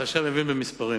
החשב מבין במספרים.